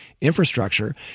infrastructure